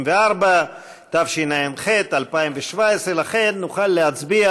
54), התשע"ח 2017, לכן נוכל להצביע